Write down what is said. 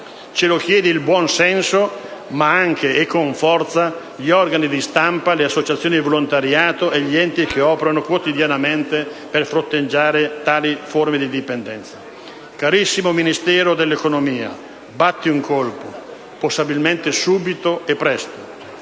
ce lo chiedono il buon senso ma anche, con forza, gli organi di stampa, le associazioni di volontariato e gli enti che operano quotidianamente per fronteggiare tali forme di dipendenza. Carissimo Ministero dell'economia, batti un colpo, possibilmente subito e presto!